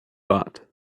hot